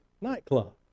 nightclub